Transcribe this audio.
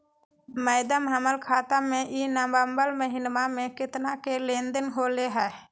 madam, हमर खाता में ई नवंबर महीनमा में केतना के लेन देन होले है